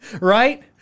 right